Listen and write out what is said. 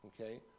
okay